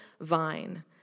vine